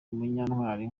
munyantwali